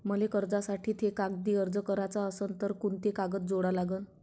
मले कर्जासाठी थे कागदी अर्ज कराचा असन तर कुंते कागद जोडा लागन?